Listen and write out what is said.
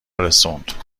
رسوند